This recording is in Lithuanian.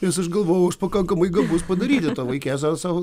nes aš galvojau aš pakankamai gabus padaryti to vaikėzo savo